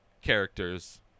characters